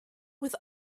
with